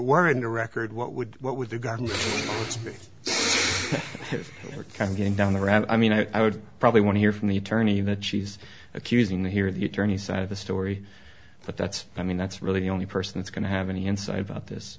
weren't a record what would what would the guy who are kind of going down the ground i mean i would probably want to hear from the attorney that she's accusing the here the attorney side of the story but that's i mean that's really the only person that's going to have any insight about this